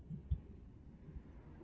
um